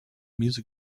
music